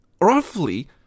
roughly